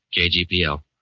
KGPL